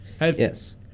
Yes